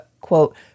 quote